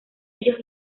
ellos